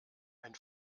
ein